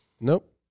Nope